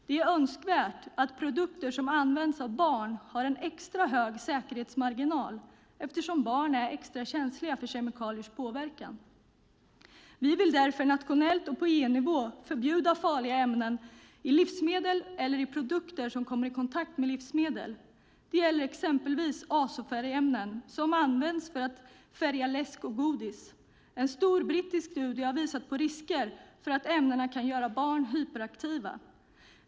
Det är önskvärt att produkter som används av barn har en extra hög säkerhetsmarginal, eftersom barn är extra känsliga för kemikalisk påverkan. Vi vill därför, nationellt och på EU-nivå, förbjuda farliga ämnen i livsmedel eller i produkter som kommer i kontakt med livsmedel. Det gäller exempelvis azofärgämnen, som används för att färga läsk och godis. En stor brittisk studie har visat på risker för att ämnena kan göra barn hyperaktiva.